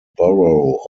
borough